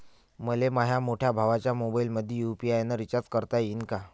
मले माह्या मोठ्या भावाच्या मोबाईलमंदी यू.पी.आय न रिचार्ज करता येईन का?